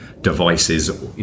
devices